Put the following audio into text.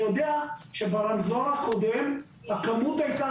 אני יודע שברמזור הקודם הכמות הייתה,